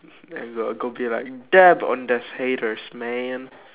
and I'll go be like dab on those haters man